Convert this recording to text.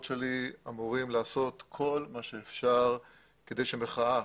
שלי אמורים לעשות כל מה שאפשר כדי שהמחאה,